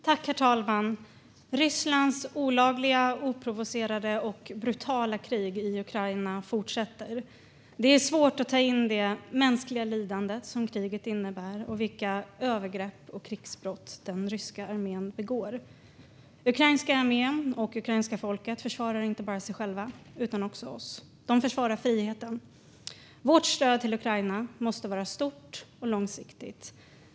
Herr talman! Rysslands olagliga, oprovocerade och brutala krig i Ukraina fortsätter. Det är svårt att ta in det mänskliga lidande som kriget innebär och de övergrepp och krigsbrott som den ryska armén begår. Ukrainska armén och ukrainska folket försvarar inte bara sig själva utan också oss. De försvarar friheten. Vårt stöd till Ukraina måste vara stort och långsiktigt.